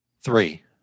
Three